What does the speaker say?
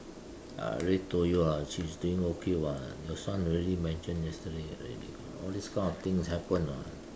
I already told you [what] he's doing okay [what] your son already mention yesterday all these kind of thing happen [what]